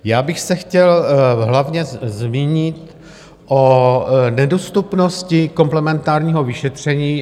Já bych se chtěl hlavně zmínit o nedostupnosti komplementárního vyšetření.